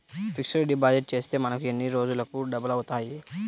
Fixed deposit చేస్తే మనకు ఎన్ని రోజులకు డబల్ అవుతాయి?